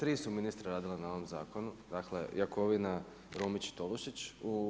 Tri su ministra radila na ovom zakonu, dakle Jakovina, Romić i Tolušić.